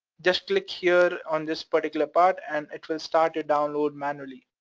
just click here on this particular part and it will start to download manually,